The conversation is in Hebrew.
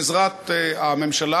בעזרת הממשלה,